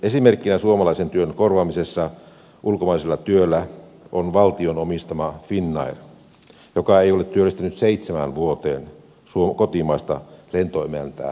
esimerkkinä suomalaisen työn korvaamisesta ulkomaisella työllä on valtion omistama finnair joka ei ole työllistänyt seitsemään vuoteen kotimaista lentoemäntää tai stuerttia